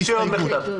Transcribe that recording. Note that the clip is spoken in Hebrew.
תוציא עוד מכתב.